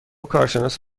کارشناس